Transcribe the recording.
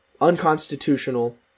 unconstitutional